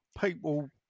people